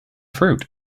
fruit